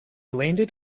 landed